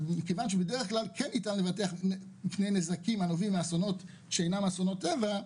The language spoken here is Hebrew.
כיוון שבדרך כלל ניתן לבטח מפני אסונות שאינם אסונות טבע,